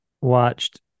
watched